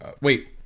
Wait